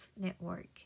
network